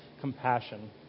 compassion